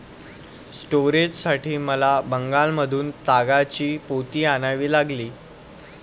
स्टोरेजसाठी मला बंगालमधून तागाची पोती आणावी लागली